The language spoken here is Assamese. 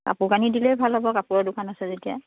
কাপোৰ কানি দিলেই ভাল হ'ব কাপোৰৰ দোকান আছে যেতিয়া